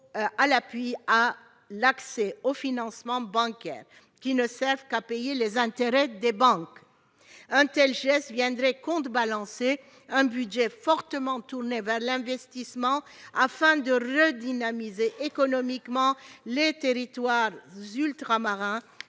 à l'appui à l'accès aux financements bancaires qui ne servent qu'à payer les intérêts des banques. Un tel geste viendrait contrebalancer un budget fortement tourné vers l'investissement, afin de redynamiser économiquement les territoires ultramarins,